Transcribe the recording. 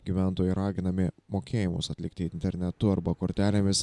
gyventojai raginami mokėjimus atlikti internetu arba kortelėmis